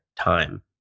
time